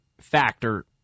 factor